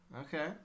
Okay